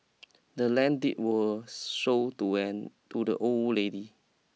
the land deed was sold to an to the old lady